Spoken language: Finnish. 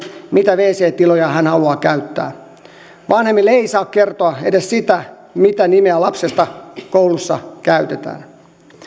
mitä wc tiloja hän haluaa käyttää vanhemmille ei saa kertoa edes sitä mitä nimeä lapsesta koulussa käytetään